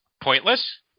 pointless